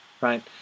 right